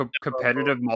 competitive